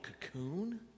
cocoon